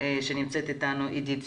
שנמצאת איתנו עידית סילמן,